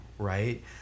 Right